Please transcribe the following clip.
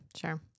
Sure